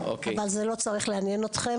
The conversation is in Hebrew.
אבל זה לא צריך לעניין אתכם.